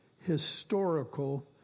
historical